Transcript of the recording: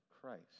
Christ